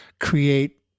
create